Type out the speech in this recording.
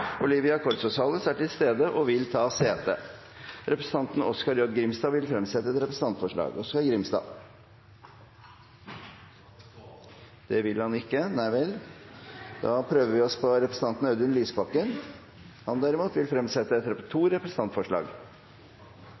vil ta sete. Representanten Oskar J. Grimstad vil fremsette et representantforslag. – Det vil han ikke. Da prøver vi oss på representanten Audun Lysbakken, som vil fremsette to representantforslag.